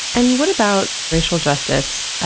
and what about racial justice?